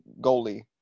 goalie